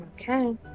Okay